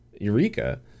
eureka